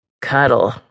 Cuddle